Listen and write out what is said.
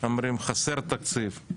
אומרים חסר תקציב.